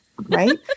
right